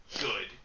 good